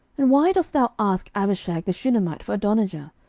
and why dost thou ask abishag the shunammite for adonijah?